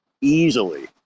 easily